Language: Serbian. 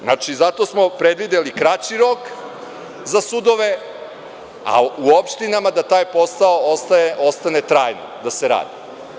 Zato smo predvideli kraći rok za sudove, a u opštinama da taj posao ostane trajno da se radi.